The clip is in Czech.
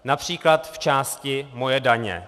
Například v části Moje daně.